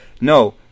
no